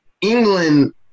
England